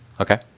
Okay